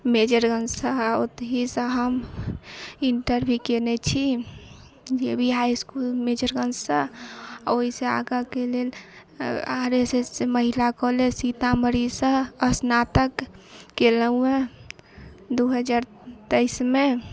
मेजरगॅंज सॅं ओतहि सॅं हम इंटर भी कयने छी J B high school Majorganj सॅ ओहिसॅं आगाँ के लेल आर आर एस महिला कॉलेज सीतामढ़ी सॅं स्नातक केलहुॅं दू हजार तेइस मे